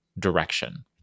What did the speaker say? direction